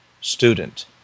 student